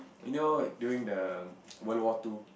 you know during the World War Two